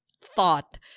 thought